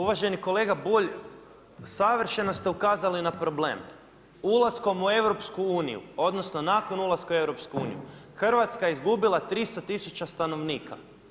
Uvaženi kolega Bulj, savršeno ste ukazali na problem, ulaskom u EU, odnosno, nakon ulaska u EU, Hrvatska je izgubila 300000 stanovnika.